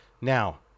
Now